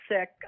sick